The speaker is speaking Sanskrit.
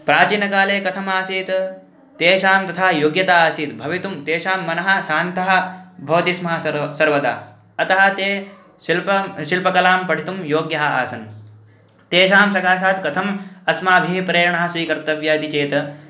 प्राचीनकाले कथम् आसीत् तेषां तथा योग्यता आसीत् भवितुं तेषां मनः शान्ताः भवन्ति स्मः सर्व सर्वदा अतः ते शिल्पं शिल्पकलां पठितुं योग्याः आसन् तेषां सकाशात् कथम् अस्माभिः प्रेरणा स्वीकर्तव्या इति चेत्